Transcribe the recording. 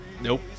Nope